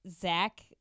Zach